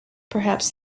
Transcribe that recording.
perhaps